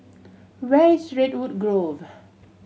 where is Redwood Grove